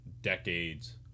decades